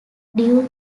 due